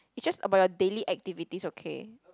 it's just about your daily activities okay